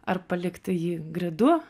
ar palikti jį gridu